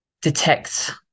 Detect